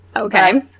Okay